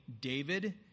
David